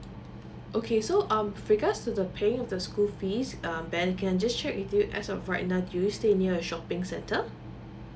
okay so um regards to the paying of the school fees um ben can just check with you as of right now do you stay near the shopping centre